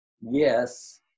Yes